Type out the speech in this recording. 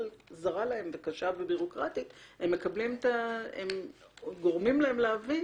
זרה להם וקשה ובירוקרטית גורמים להם להבין,